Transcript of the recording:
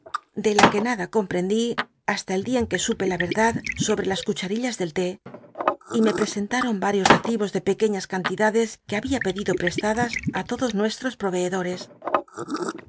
de la que nada comprendí hasta el dia en que supe la cdad sobre las cucharillas del té y me ptcscntaron val'ios recibos de pequciías can tidades que había pedido ptestadas lodos nucst ros proveedores